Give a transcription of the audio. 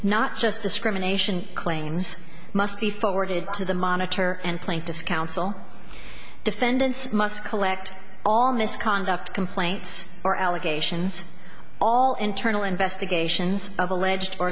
not just discrimination claims must be forwarded to the monitor and plaintiffs counsel defendants must collect all misconduct complaints or allegations all internal investigations of alleged or